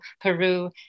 peru